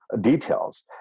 details